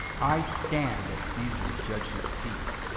i stand at caesar's judgment seat,